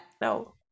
no